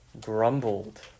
grumbled